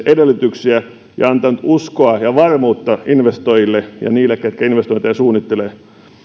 edellytyksiä ja antanut uskoa ja varmuutta investoijille ja niille ketkä investointeja suunnittelevat